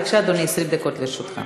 בבקשה, אדוני, 20 דקות לרשותך.